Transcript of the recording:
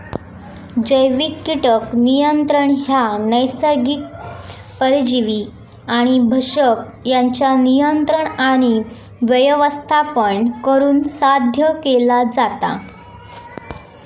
जैविक कीटक नियंत्रण ह्या नैसर्गिक परजीवी आणि भक्षक यांच्या नियंत्रण आणि व्यवस्थापन करुन साध्य केला जाता